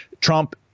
Trump